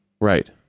Right